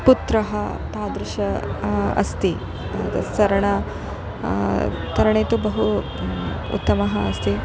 पुत्रः तादृश अस्ति तस्सरण तरणे तु बहु उत्तमः अस्ति